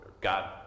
God